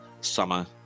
Summer